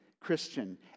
Christian